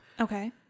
Okay